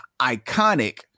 iconic